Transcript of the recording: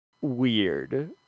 weird